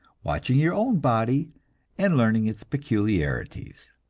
watching your own body and learning its peculiarities.